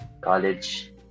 college